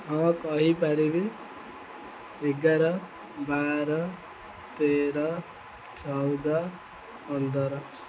ହଁ କହିପାରିବି ଏଗାର ବାର ତେର ଚଉଦ ପନ୍ଦର